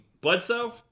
Bledsoe